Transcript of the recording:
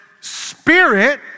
spirit